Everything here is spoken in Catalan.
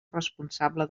responsable